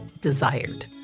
desired